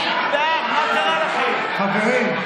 חברים,